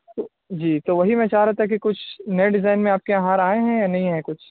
تو جی تو وہی میں چاہ رہا تھا کہ کچھ نئے ڈیزائن میں آپ کے یہاں ہار آئے ہیں یا نہیں ہیں کچھ